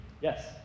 yes